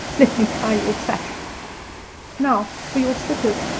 let me tie your sash now for your slippers.